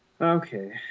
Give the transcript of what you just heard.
Okay